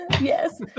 Yes